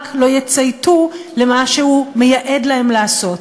לא יצייתו למה שהוא מייעד להם לעשות.